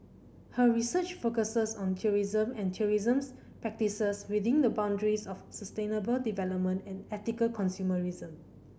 her research focuses on tourism and tourism's practices within the boundaries of sustainable development and ethical consumerism